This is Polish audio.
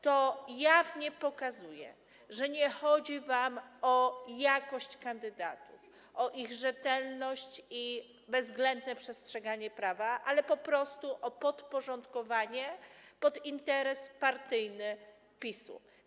To jawnie pokazuje, że nie chodzi wam o jakość w przypadku kandydatów, o ich rzetelność i bezwzględne przestrzeganie prawa, ale po prostu o podporządkowanie interesowi partyjnemu PiS-u.